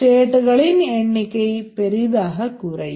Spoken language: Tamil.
ஸ்டேட்களின் எண்ணிக்கைக் பெரிதாகக் குறையும்